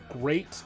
great